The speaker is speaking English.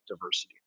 diversity